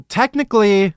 technically